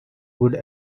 good